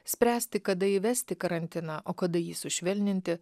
spręsti kada įvesti karantiną o kada jį sušvelninti